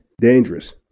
dangerous